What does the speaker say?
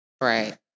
Right